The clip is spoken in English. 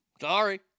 Sorry